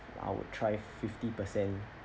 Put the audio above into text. I would try fifty percent